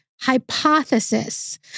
hypothesis